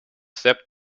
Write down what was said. step